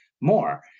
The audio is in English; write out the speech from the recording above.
more